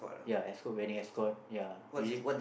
ya escort wedding escort ya usually